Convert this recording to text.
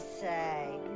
say